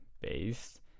based